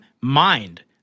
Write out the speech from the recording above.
mind